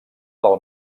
del